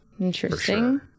Interesting